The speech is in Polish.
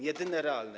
Jedyne realne.